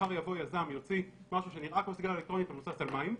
מחר יבוא יזם ויוציא משהו שנראה כמו סיגריה אלקטרונית ומבוסס על מים,